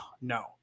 no